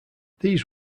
these